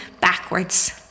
backwards